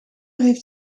heeft